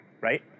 right